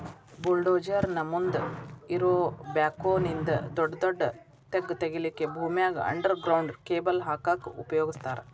bulldozer ನ ಮುಂದ್ ಇರೋ ಬ್ಯಾಕ್ಹೊ ನಿಂದ ದೊಡದೊಡ್ಡ ತೆಗ್ಗ್ ತಗಿಲಿಕ್ಕೆ ಭೂಮ್ಯಾಗ ಅಂಡರ್ ಗ್ರೌಂಡ್ ಕೇಬಲ್ ಹಾಕಕ್ ಉಪಯೋಗಸ್ತಾರ